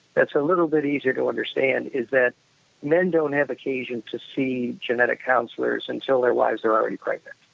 that's a little bit easier to understand, is that men don't have occasion to see genetic counselors until their wives are already pregnant,